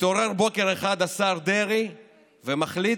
מתעורר בוקר אחד השר דרעי ומחליט